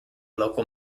local